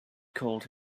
called